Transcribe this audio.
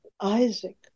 Isaac